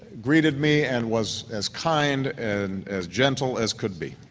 greeted me and was as kind and as gentle as could be.